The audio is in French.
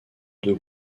deux